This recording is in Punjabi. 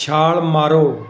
ਛਾਲ ਮਾਰੋ